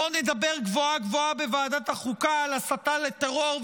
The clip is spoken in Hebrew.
בואו נדבר גבוהה-גבוהה בוועדת החוקה על הסתה לטרור,